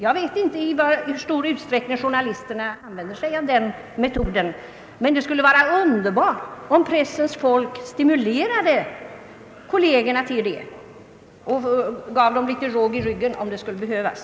Jag vet inte i hur stor utsträckning journalisterna använder den metoden, men det skulle vara underbart om pressens folk stimulerade kollegerna till det och gav dem litet råg i ryggen om det skulle behövas.